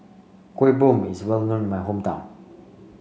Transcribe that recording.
Kuih Bom is well known in my hometown